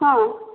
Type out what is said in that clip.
ହଁ